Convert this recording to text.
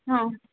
हां